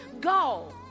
go